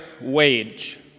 wage